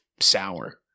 sour